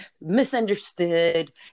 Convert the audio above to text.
misunderstood